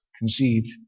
conceived